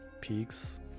peaks